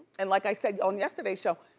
and like i said on yesterday's show,